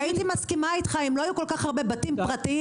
הייתי מסכימה אם לא היו כל כך הרבה בתים פרטיים